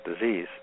disease